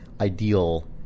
ideal